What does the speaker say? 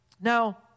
Now